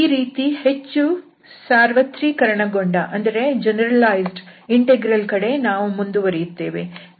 ಈ ರೀತಿಯ ಹೆಚ್ಚು ಸಾರ್ವತ್ರೀಕರಣಗೊಂಡ ಇಂಟೆಗ್ರಲ್ ಕಡೆಗೆ ನಾವು ಮುಂದುವರಿಯುತ್ತೇವೆ